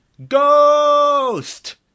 ghost